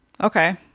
Okay